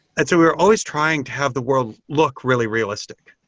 and so we're always trying to have the world look really realistic,